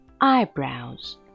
eyebrows